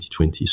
2020